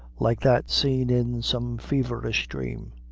like that seen in some feverish dream.